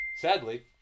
Sadly